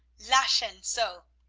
lachen! so!